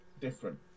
different